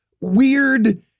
weird